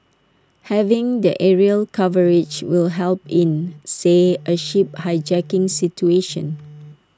having the aerial coverage will help in say A ship hijacking situation